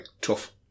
tough